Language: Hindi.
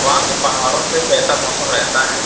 वहाँ के पहाड़ों पर कैसा मौसम रहता है